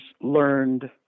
learned